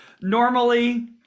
normally